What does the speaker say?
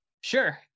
Sure